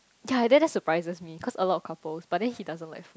ya then that surprises me cause a lot of couples but then he doesn't like food